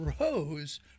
rose